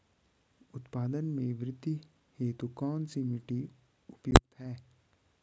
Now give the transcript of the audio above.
उत्पादन में वृद्धि हेतु कौन सी मिट्टी उपयुक्त है?